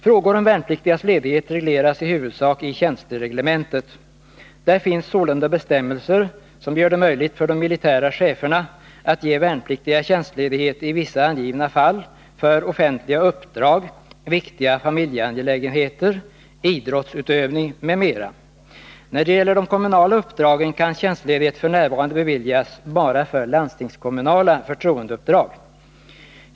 Frågor om värnpliktigas ledighet regleras i huvudsak i tjänstereglementet. Där finns sålunda bestämmelser som gör det möjligt för de militära cheferna att ge värnpliktiga tjänstledighet i vissa angivna fall för offentliga uppdrag, viktiga familjeangelägenheter, idrottsutövning m.m. När det gäller de kommunala uppdragen kan tjänstledighet f. n. beviljas bara för landstingskommunala förtroendeuppdrag.